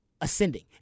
ascending